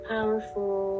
powerful